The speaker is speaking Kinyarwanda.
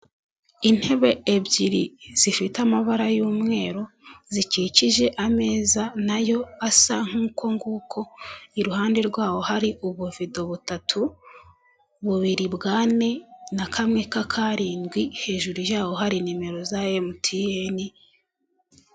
Intebe ebyiri zifite amabara y'umweru zikikije ameza nayo asa nk'uko nguko, iruhande rwaho hari ubuvido butatu, bubiri bwa ane, na kamwe ka arindwi, hejuru yaho hari nimero za emutiyeni.